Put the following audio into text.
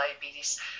diabetes